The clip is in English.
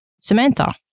Samantha